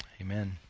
Amen